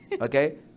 Okay